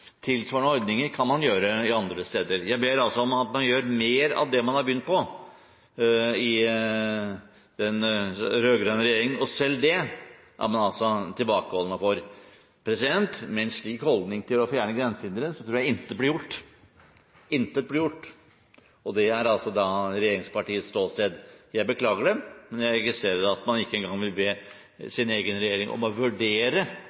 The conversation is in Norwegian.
Tilsvarende ordninger kan man innføre andre steder. Jeg ber altså om at man gjør mer av det man har begynt på i den rød-grønne regjeringen, men selv det er man tilbakeholdne overfor. Med en slik holdning til å fjerne grensehindre tror jeg intet blir gjort. Intet blir gjort – det er altså regjeringspartiets ståsted. Jeg beklager det, men jeg registrerer at man ikke engang vil be sin egen regjering om å vurdere